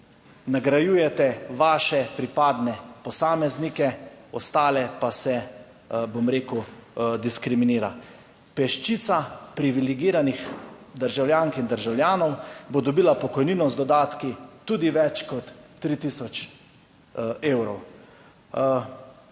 Nagrajujete vaše pripadne posameznike, ostale pa se, bom rekel, diskriminira. Peščica privilegiranih državljank in državljanov bo dobila pokojnino z dodatki tudi več kot 3 tisoč evrov.